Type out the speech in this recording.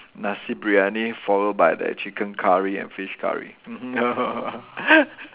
nasi-biryani followed by the chicken curry and fish curry mmhmm